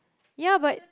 ya but